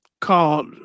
called